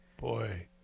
Boy